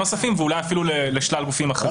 נוספים ואולי אפילו לשלל גופים אחרים.